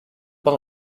pas